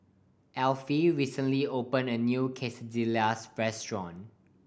Alfie recently opened a new Quesadillas restaurant